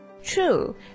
True